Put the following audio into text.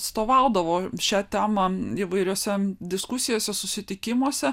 atstovaudavo šią temą įvairiose diskusijose susitikimuose